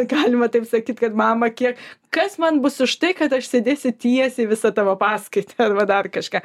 galima taip sakyt kad mama kiek kas man bus už tai kad aš sėdėsiu tiesiai visą tavo paskaitą arba dar kažką